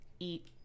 eat